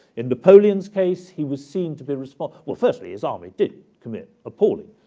in napoleon's case, he was seen to be responsible. firstly, his army did commit appalling